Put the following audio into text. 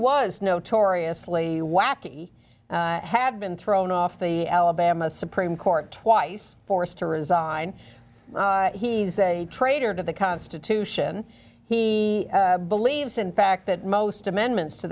was notoriously wacky have been thrown off the alabama supreme court twice forced to resign he's a traitor to the constitution he believes in fact that most amendments to